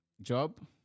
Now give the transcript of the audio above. job